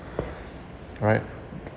right